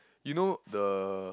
you know the